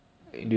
sad